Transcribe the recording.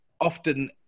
often